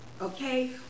Okay